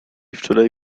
wczoraj